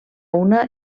una